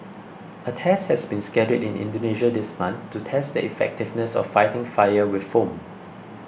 a test has been scheduled in Indonesia this month to test the effectiveness of fighting fire with foam